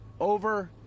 over